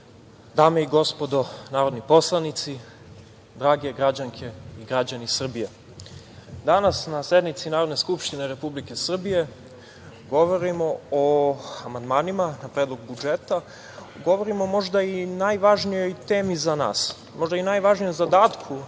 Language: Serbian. dame i gospodo narodni poslanici, drage građanke i građani Srbije, danas na sednici Narodne skupštine Republike Srbije govorimo o amandmanima na Predlog budžeta, govorimo i možda o najvažnijoj temi za nas, možda i najvažnijem zadatku